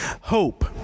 hope